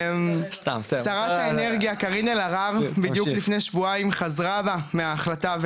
שרת האנרגיה קארין אלהרר בדיוק לפני שבועיים חזרה בה מההחלטה,